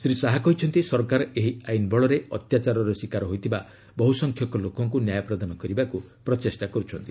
ଶ୍ରୀ ଶାହା କହିଛନ୍ତି ସରକାର ଏହି ଆଇନ୍ ବଳରେ ଅତ୍ୟାଚାରର ଶିକାର ହୋଇଥିବା ବହୁ ସଂଖ୍ୟକ ଲୋକଙ୍କୁ ନ୍ୟାୟ ପ୍ରଦାନ କରିବାକୁ ପ୍ରଚେଷ୍ଟା କରୁଛନ୍ତି